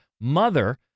mother